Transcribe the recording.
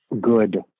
good